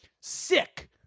Sick